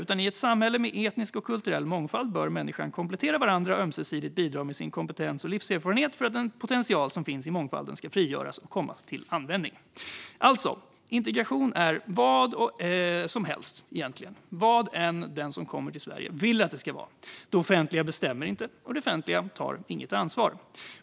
I ett samhälle med etnisk och kulturell mångfald bör människor komplettera varandra och ömsesidigt bidra med sin kompetens och livserfarenhet för att den potential som finns i mångfalden skall frigöras och komma till användning." Integration är alltså egentligen vad som helst - vad än den som kommer till Sverige vill att den ska vara. Det offentliga bestämmer inte, och det offentliga tar inget ansvar.